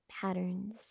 patterns